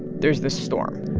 there's this storm